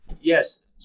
Yes